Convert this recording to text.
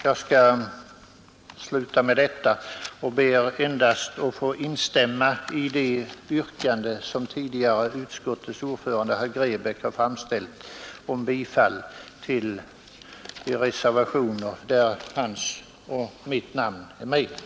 Jag skall sluta med det anförda och ber endast att få instämma i det yrkande som utskottets ordförande herr Grebäck tidigare har framställt om bifall till de reservationer på vilka hans och mitt namn återfinns.